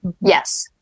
yes